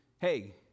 hey